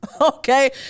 Okay